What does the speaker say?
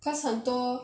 cause 很多